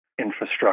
infrastructure